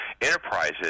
enterprises